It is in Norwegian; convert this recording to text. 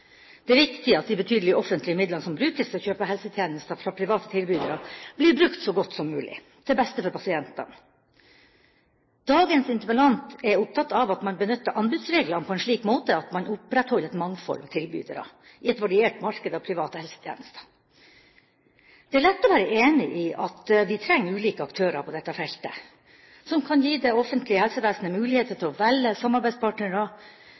Det er viktig at de betydelige offentlige midlene som brukes til å kjøpe helsetjenester fra private tilbydere, blir brukt så godt som mulig til beste for pasientene. Dagens interpellant er opptatt av at man benytter anbudsreglene på en slik måte at man opprettholder et mangfold av tilbydere i et variert marked av private helsetjenester. Det er lett å være enig i at vi trenger ulike aktører på dette feltet som kan gi det offentlige helsevesenet muligheter til å velge samarbeidspartnere